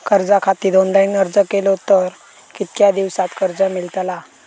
कर्जा खातीत ऑनलाईन अर्ज केलो तर कितक्या दिवसात कर्ज मेलतला?